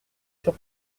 sur